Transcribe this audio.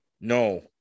No